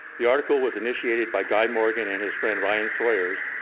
the article was initiated by guy morgan and his friend, ryan sawyers,